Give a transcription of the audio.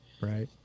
right